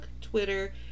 Twitter